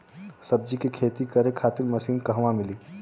सब्जी के खेती करे खातिर मशीन कहवा मिली?